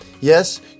Yes